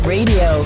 Radio